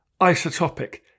isotopic